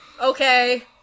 Okay